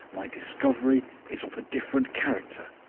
my discovery is of a different character.